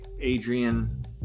adrian